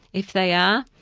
if they are,